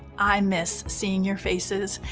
i miss seeing your faces,